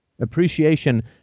Appreciation